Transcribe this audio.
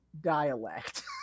dialect